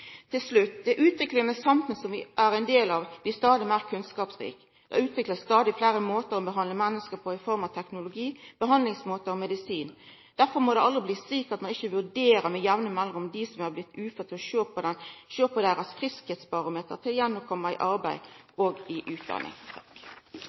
Til slutt: Det utviklande samfunnet som vi er ein del av, blir stadig meir kunnskapsrikt. Det blir utvikla stadig fleire måtar å behandla menneske på i form av teknologi, behandlingsmåtar og medisin. Derfor må det aldri bli slik at ein ikkje med jamne mellomrom vurderer dei som er blitt uføre, at ein ser på deira «friskhetsbarometer» og vurderer om dei igjen kan koma ut i arbeid